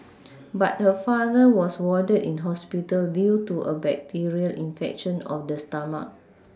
but her father was warded in hospital due to a bacterial infection of the stomach